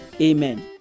Amen